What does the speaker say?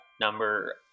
Number